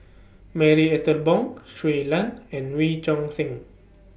Marie Ethel Bong Shui Lan and Wee Choon Seng